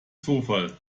zufall